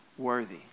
worthy